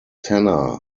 tanner